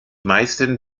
meisten